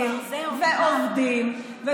עושים ועובדים, אתם ללא בוחרים כבר.